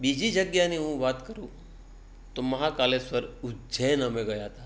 બીજી જગ્યાની હું વાત કરું તો મહાકાલેશ્વર ઉજ્જૈન અમે ગયા હતા